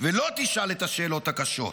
ולא תשאל את השאלות הקשות,